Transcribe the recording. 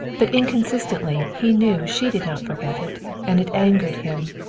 but inconsistently he knew she did not forget it, and it angered him.